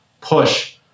push